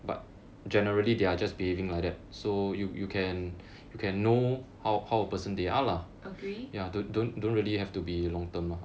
agree